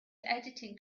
editing